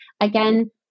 again